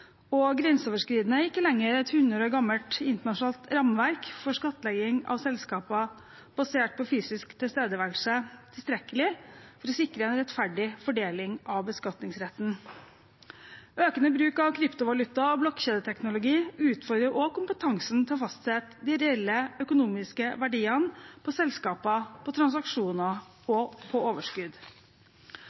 og grenseoverskridende, er ikke lenger et hundre år gammelt internasjonalt rammeverk for skattlegging av selskaper basert på fysisk tilstedeværelse tilstrekkelig for å sikre en rettferdig fordeling av beskatningsretten. Økende bruk av kryptovaluta og blokkjedeteknologi utfordrer også kompetansen til å fastsette de reelle økonomiske verdiene på selskaper, på transaksjoner og på overskudd.